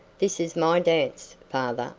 this is my dance, father,